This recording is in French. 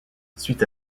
suite